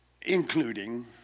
including